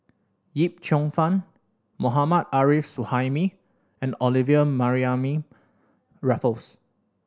Yip Cheong Fun Mohammad Arif Suhaimi and Olivia Mariamne Raffles